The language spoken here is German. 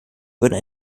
würden